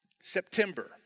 September